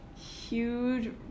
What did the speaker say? Huge